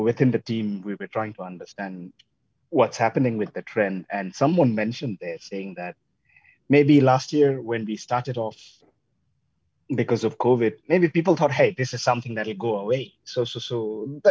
within the team we were trying to understand what's happening with the trend and someone mentioned they're saying that maybe last year when we started off because of covid maybe people thought hey this is something that would go away so so the